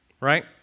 Right